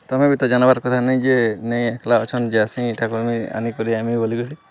ତମେ ବି ତ ଜାନ୍ବାର୍ କଥା ନି ଯେ ନାଇ ଏକ୍ଲା ଅଛନ୍ ଯେସି ଇତାକୁ ମୁଇ ଆନିିକରି ଆଏମି ବଲିକରି